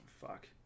fuck